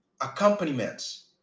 accompaniments